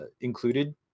included